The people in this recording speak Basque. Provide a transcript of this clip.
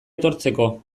etortzeko